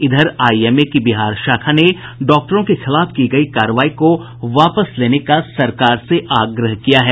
इधर आईएमए की बिहार शाखा ने डॉक्टरों के खिलाफ की गयी कार्रवाई को वापस लेने का सरकार से आग्रह किया है